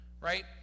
right